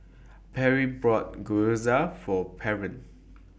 Perry bought Gyoza For Pernell